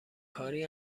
کاری